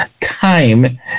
time